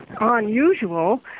unusual